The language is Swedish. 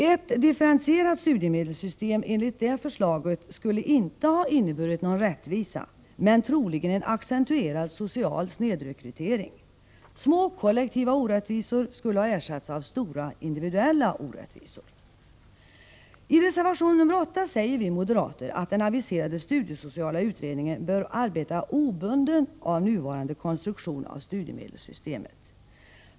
Ett differentierat studiemedelssystem enligt det förslaget skulle inte ha inneburit någon rättvisa men troligen en accentuerad social snedrekrytering. Små kollektiva orättvisor skulle ha ersatts av stora individuella orättvisor. I reservation nr 8 säger vi moderater att den aviserade studiesociala utredningen bör arbeta obunden av nuvarande konstruktion av studiemedelssystemet.